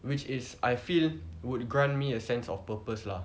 which is I feel would grant me a sense of purpose lah